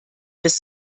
bis